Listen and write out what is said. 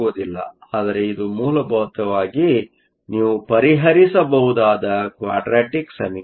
ಆದರೆ ಇದು ಮೂಲಭೂತವಾಗಿ ನೀವು ಪರಿಹರಿಸಬಹುದಾದ ಕ್ವಾಡ್ರಾಟಿಕ್ ಸಮೀಕರಣವಾಗಿದೆ